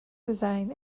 design